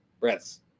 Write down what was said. breaths